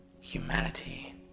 Humanity